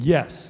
Yes